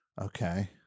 Okay